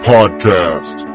Podcast